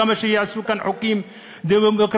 כמה שיעשו כאן חוקים דמוקרטיים,